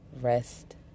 Rest